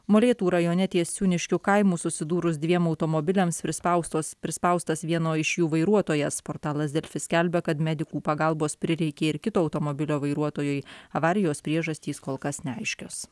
molėtų rajone ties siūniškių kaimu susidūrus dviem automobiliams prispaustos prispaustas vieno iš jų vairuotojas portalas delfi skelbia kad medikų pagalbos prireikė ir kito automobilio vairuotojui avarijos priežastys kol kas neaiškios